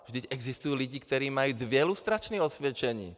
Vždyť existují lidi, kteří mají dvě lustrační osvědčení.